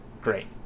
great